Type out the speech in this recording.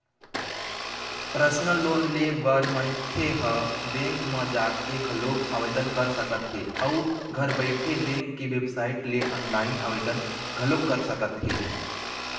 personal loan ले बर मनखे ह बेंक म जाके घलोक आवेदन कर सकत हे अउ घर बइठे बेंक के बेबसाइट ले ऑनलाईन आवेदन घलोक कर सकत हे